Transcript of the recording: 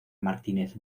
martínez